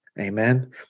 Amen